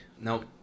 Nope